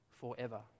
forever